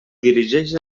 dirigeix